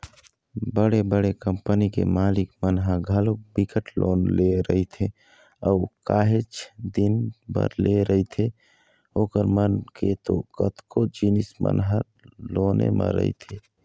बड़े बड़े कंपनी के मालिक मन ह घलोक बिकट लोन ले रहिथे अऊ काहेच दिन बर लेय रहिथे ओखर मन के तो कतको जिनिस मन ह लोने म रहिथे